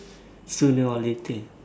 sooner or later